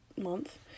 month